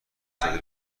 زده